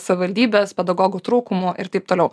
savivaldybės pedagogų trūkumu ir taip toliau